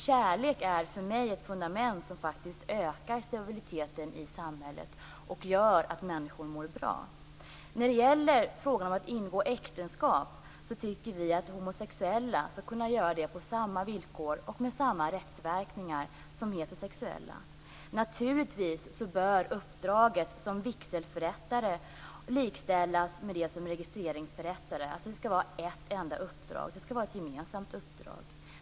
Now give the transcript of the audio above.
Kärlek är för mig ett fundament som faktiskt ökar stabiliteten i samhället och gör att människor mår bra. När det gäller frågan om att ingå äktenskap tycker vi att homosexuella skall kunna göra det på samma villkor och med samma rättsverkningar som heterosexuella. Naturligtvis bör uppdraget som vigselförrättare likställas med det som registreringsförrättare. Det skall vara ett enda uppdrag. Det skall vara ett gemensamt uppdrag.